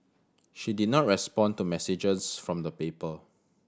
she did not respond to messages from the paper